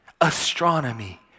Astronomy